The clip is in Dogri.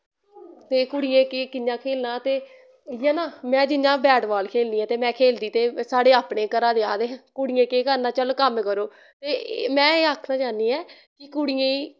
ते कुड़ियें केह् कियां खेलना ते इयै ना मैं जियां बैट बाल खेलनी ऐं ते मैं खेलदी ते साढ़े अपने घरा दे आखदे कुड़ियें केह् करना चलो कम्म करो ते मैं एह् आखना चाह्नी ऐं कि कुड़ियें